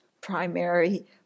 primary